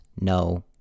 no